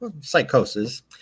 Psychosis